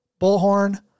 Bullhorn